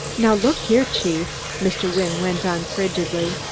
now look here, chief, mr. wynne went on frigidly,